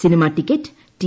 cinema ticket T